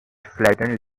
flattened